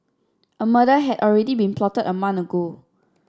a murder had already been plotted a month ago